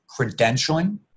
credentialing